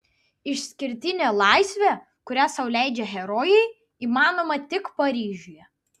išskirtinė laisvė kurią sau leidžia herojai įmanoma tik paryžiuje